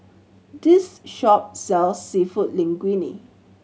this shop sells Seafood Linguine